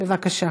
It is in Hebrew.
בבקשה.